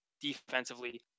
Defensively